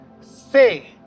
say